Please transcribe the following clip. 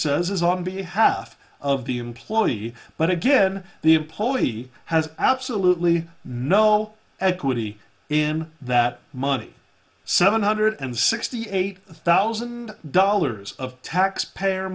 says is on behalf of the employee but again the employee has absolutely no equity in that money seven hundred and sixty eight thousand dollars of taxpayer